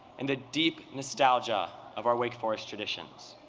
and the deep nostalgia of our wake forest traditions.